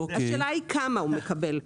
השאלה היא כמה הוא מקבל.